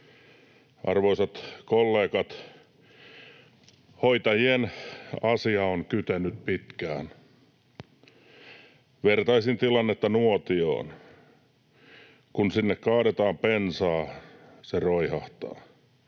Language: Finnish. Arvoisat kollegat! Hoitajien asia on kytenyt pitkään. Vertaisin tilannetta nuotioon: kun sinne kaadetaan bensaa, se roihahtaa.